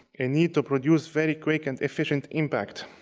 a need to produce very quick and efficient impact.